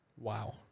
Wow